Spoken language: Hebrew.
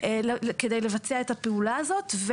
כדי לבצע את הפעולה הזאת.